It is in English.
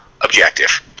objective